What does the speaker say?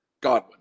Godwin